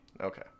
Okay